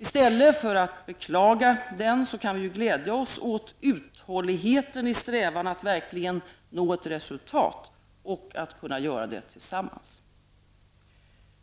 I stället för att beklaga den kan vi glädja oss åt uthålligheten i strävan att verkligen nå ett resultat och att kunna göra det tillsammans.